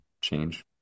change